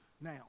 now